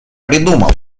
придумал